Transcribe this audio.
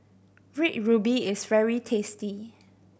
Red Ruby is very tasty